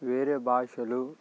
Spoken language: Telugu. వేరే భాషలు